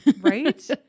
Right